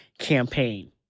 Campaign